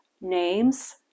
names